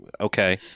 Okay